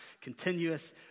continuous